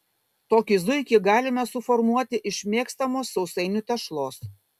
tokį zuikį galime suformuoti iš mėgstamos sausainių tešlos